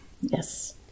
Yes